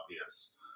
obvious